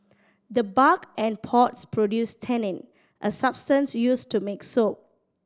the bark and pods produce tannin a substance used to make soap